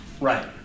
right